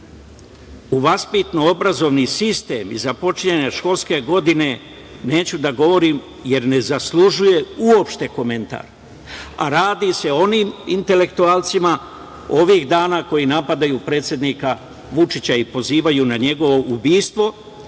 u vaspitno-obrazovni sistem i započinjanja školske godine neću da govorim, jer ne zaslužuju uopšte komentar, a radi se o onim intelektualcima ovih dana koji napadaju predsednika Vučića i pozivaju na njegovo ubistvo,